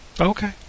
Okay